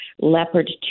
Leopard